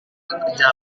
bekerja